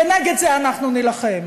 ונגד זה אנחנו נילחם.